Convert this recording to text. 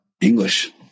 English